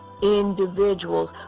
individuals